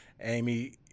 Amy